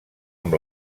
amb